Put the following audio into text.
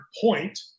point